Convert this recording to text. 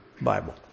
Bible